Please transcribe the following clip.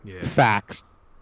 facts